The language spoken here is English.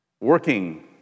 working